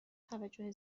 توجه